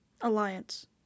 alliance